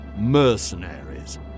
Mercenaries